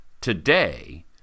today